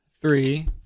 three